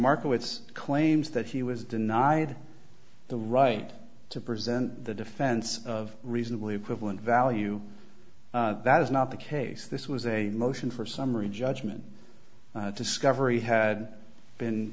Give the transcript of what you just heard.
markowitz claims that he was denied the right to present the defense of reasonably equivalent value that is not the case this was a motion for summary judgment discovery had been